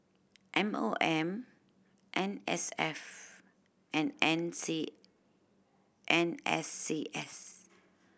M O M N S F and N C N S C S